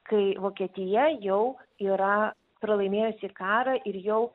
kai vokietija jau yra pralaimėjusi karą ir jau